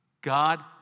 God